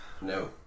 no